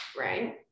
right